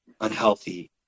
unhealthy